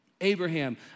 Abraham